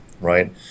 right